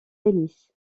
tennis